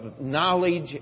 knowledge